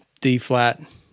D-flat